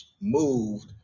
Moved